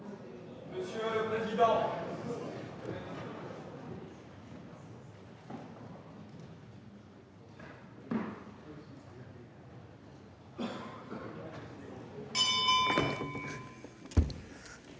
monsieur le président